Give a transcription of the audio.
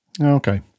Okay